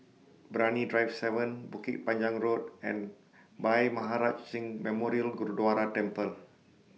Brani Drive seven Bukit Panjang Road and Bhai Maharaj Singh Memorial Gurdwara Temple